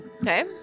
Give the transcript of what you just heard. Okay